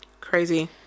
crazy